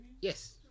Yes